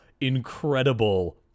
incredible